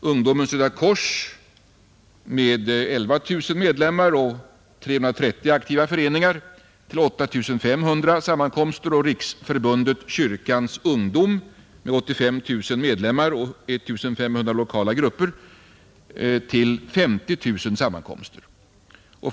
Ungdomens röda kors med 11 000 medlemmar och 330 aktiva föreningar räknar med 8 500 sammankomster, och Riksförbundet Kyrkans ungdom med 85 000 medlemmar och 1 500 lokala grupper beräknar antalet sammankomster till 50 000.